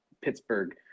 Pittsburgh